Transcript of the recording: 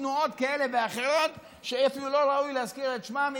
תנועות כאלה ואחרות שאפילו לא ראוי להזכיר את שמן,